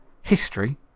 history